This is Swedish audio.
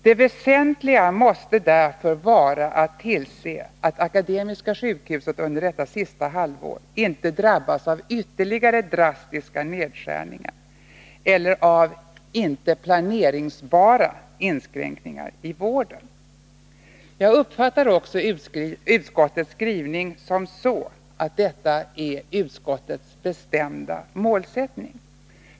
Det väsentliga måste därför nu vara att se till att Akademiska sjukhuset 16 december 1981 under detta sista halvår inte drabbas av ytterligare drastiska nedskärningar eller av inte planeringsbara inskränkningar i vården. Jag uppfattar också Driftkostnader utskottets skrivning så, att detta är utskottets bestämda målsättning.